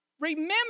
Remember